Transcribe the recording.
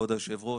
כבוד היושב-ראש,